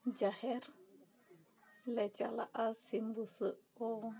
ᱡᱟᱦᱮᱨ ᱞᱮ ᱪᱟᱞᱟᱜᱼᱟ ᱥᱤᱢ ᱵᱩᱥᱟᱹᱜ ᱠᱚ